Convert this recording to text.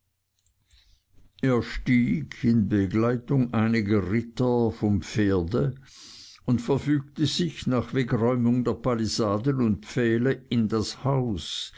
in begleitung einiger ritter vom pferde und verfügte sich nach wegräumung der palisaden und pfähle in das haus